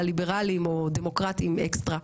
הליברליים או דמוקרטיים אקסטרה,